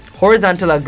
horizontal